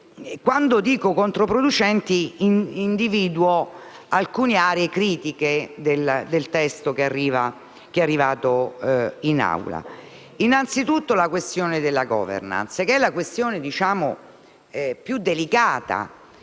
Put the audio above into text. Quando dico controproducenti individuo alcune aree critiche del testo che è arrivato in Assemblea. Innanzi tutto, mi riferisco alla *governance*, che è la questione più delicata